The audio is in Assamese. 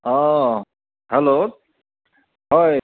অঁ হেল্ল' হয়